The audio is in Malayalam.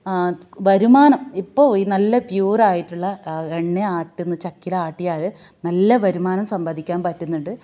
വരുമാനം ഇപ്പോൾ നല്ല പ്യൂറായിട്ടുള്ള എണ്ണയാട്ടുന്ന ചക്കിലാട്ടിയാൽ നല്ല വരുമാനം സമ്പാദിക്കാന് പറ്റുന്നുണ്ട്